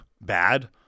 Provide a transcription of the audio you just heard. bad